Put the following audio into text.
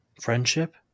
friendship